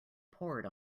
poured